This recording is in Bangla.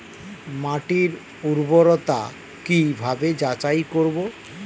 মাটির উর্বরতা কি ভাবে যাচাই করব?